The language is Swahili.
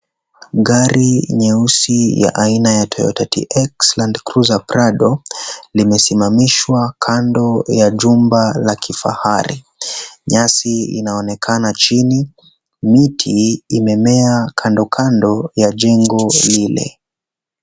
Gari nyeusi ya aina ya Toyota TX Landcruiser Prado limesimamishwa kando ya jumba la kifahari nyasi inaonekana chini miti imemea kandokando ya jengo lile.